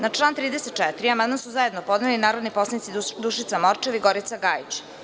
Na član 34. amandman su zajedno podneli narodni poslanici Dušica Morčev i Gorica Gajić.